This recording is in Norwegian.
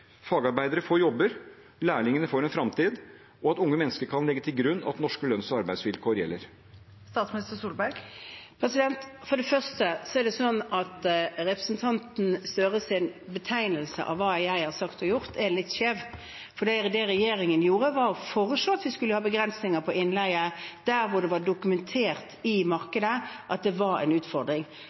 fagarbeidere får jobber, at lærlingene får en framtid, og at unge mennesker kan legge til grunn at norske lønns- og arbeidsvilkår gjelder? Representanten Gahr Støres betegnelse på hva jeg har sagt og gjort, er litt skjev. Det regjeringen gjorde, var å foreslå at vi skulle ha begrensninger på innleie der det var dokumentert i markedet at det var en utfordring